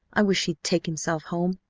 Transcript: i wish he'd take himself home!